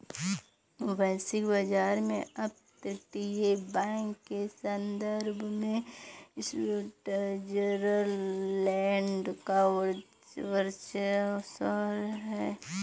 वैश्विक बाजार में अपतटीय बैंक के संदर्भ में स्विट्जरलैंड का वर्चस्व है